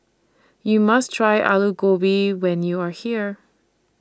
YOU must Try Alu Gobi when YOU Are here